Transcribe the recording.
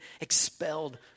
expelled